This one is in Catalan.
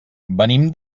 venim